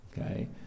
okay